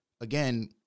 again